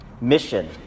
Mission